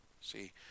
See